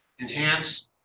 enhance